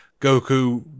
Goku